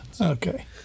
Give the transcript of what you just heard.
Okay